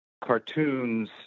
cartoons